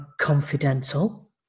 Confidential